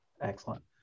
Excellent